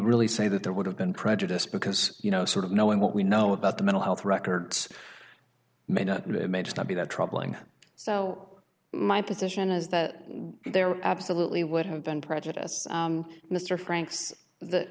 really say that there would have been prejudice because you know sort of knowing what we know about the mental health records may just not be that troubling so my position is that they're absolutely would have been prejudiced mr franks the